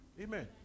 Amen